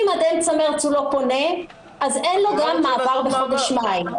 אם עד אמצע מרץ הוא לא פונה אז אין לו גם מעבר בחודש מאי,